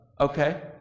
okay